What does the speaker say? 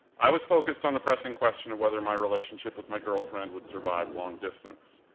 i was focused on the pressing question of whether my relationship with my girlfriend would survive long-distance.